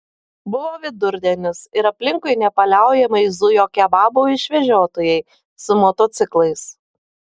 buvo vidurdienis ir aplinkui nepaliaujamai zujo kebabų išvežiotojai su motociklais